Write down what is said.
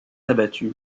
abattu